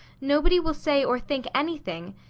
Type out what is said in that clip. nobody will say or think anything.